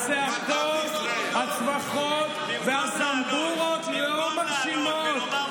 הצעקות, הצווחות והזמבורות לא מרשימות.